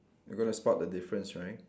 we gonna spot the difference right